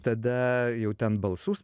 tada jau ten balsus